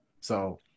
So-